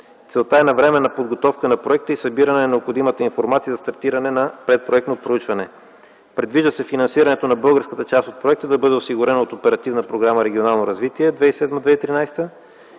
Целта е навременна подготовка на проекта и събиране на необходимата информация за стартиране на предпроектно проучване. Предвижда се финансирането на българската част от проекта да бъде осигурено от Оперативна